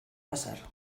pasar